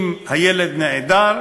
אם הילד נעדר,